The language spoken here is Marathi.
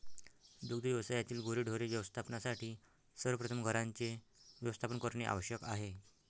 दुग्ध व्यवसायातील गुरेढोरे व्यवस्थापनासाठी सर्वप्रथम घरांचे व्यवस्थापन करणे आवश्यक आहे